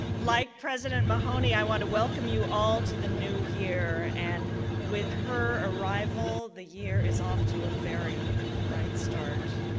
like president mahoney, i want to welcome you all to the new year, and with her arrival, the year is off to a very bright start.